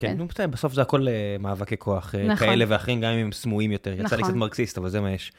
אני חושב כי בסוף זה הכול מאבק ככוח, כאלה ואחרים, גם אם הם סמויים יותר. יצא לי קצת מרקסיסט, אבל זה מה יש.